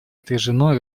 отражено